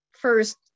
first